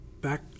back